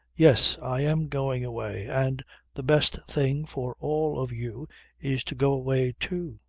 yes. i am going away. and the best thing for all of you is to go away too,